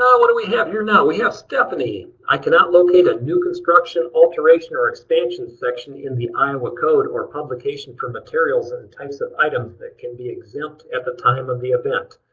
what do we have here now? we have stephanie. i cannot locate a new construction, alteration, or expansion section in the iowa code or publication for materials and and types of items that can be exempt at the time of the event.